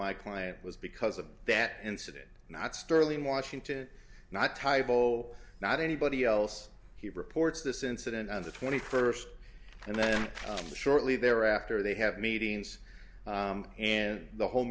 my client was because of that incident not sterling washington not title not anybody else he reports this incident on the twenty first and then shortly thereafter they have meetings and the whole